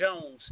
Jones